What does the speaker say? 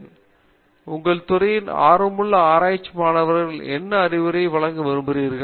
பேராசிரியர் பிரதாப் ஹரிதாஸ் உங்கள் துறையின் ஆர்வமுள்ள ஆராய்ச்சி மாணவருக்கு என்ன அறிவுரை வழங்க விரும்புகிறீர்கள்